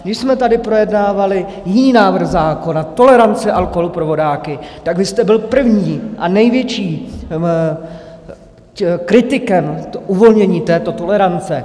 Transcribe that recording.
Když jsme tady projednávali jiný návrh zákona, tolerance alkoholu pro vodáky, tak vy jste byl prvním a největším kritikem uvolnění této tolerance.